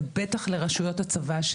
ובטח לרשויות הצבא,